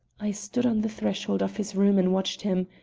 i stood on the threshold of his room and watched him.